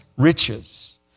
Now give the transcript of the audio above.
riches